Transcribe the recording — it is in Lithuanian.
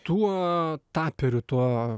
tuo tapieriu tuo